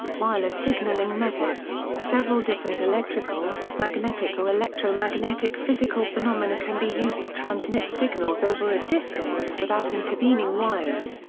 wireless signalling methods several different electrical, magnetic or electromagnetic physical phenomena can be used to transmit signals over a distance without intervening wires.